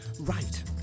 Right